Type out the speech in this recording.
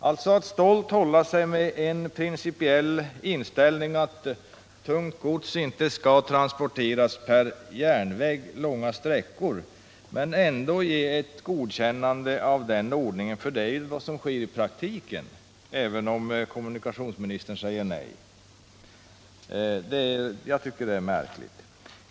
Det är märkligt att han å ena sidan stolt deklarerar inställningen att tungt gods skall transporteras per järnväg långa sträckor men å andra sidan ändå ger ett godkännande av den ordningen — för det är vad som sker i praktiken, även om kommunikationsministern säger nej.